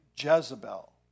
Jezebel